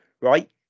Right